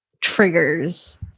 triggers